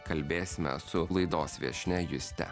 kalbėsime su laidos viešnia juste